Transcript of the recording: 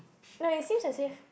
no it seems as if